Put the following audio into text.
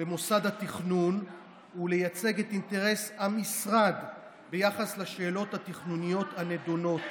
במוסד התכנון הוא לייצג את אינטרס המשרד ביחס לשאלות התכנוניות הנדונות.